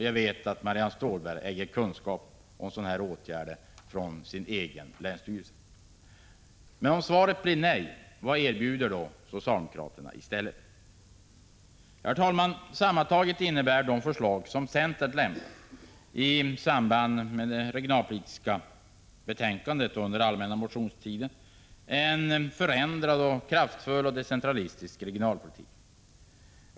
Jag vet att Marianne Stålberg äger kunskap om sådana åtgärder från sin egen länsstyrelse. Om svaret blir nej, vad erbjuder då socialdemokraterna i stället? Herr talman! Sammantaget innebär de förslag som centern lämnat bl.a. under den allmänna motionstiden en förändrad, kraftfull och decentralistisk regionalpolitik.